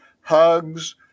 hugs